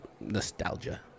nostalgia